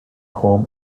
home